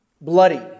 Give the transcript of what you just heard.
bloody